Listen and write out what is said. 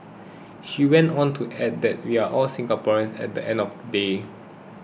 she went on to add that we are all Singaporeans at the end of the day